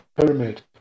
pyramid